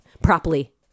properly